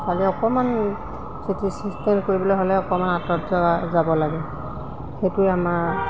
খালি অকণমান C T scan কৰিবলৈ হ'লে অকণমান আঁতৰত যোৱা যাব লাগে সেইটোৱে আমাৰ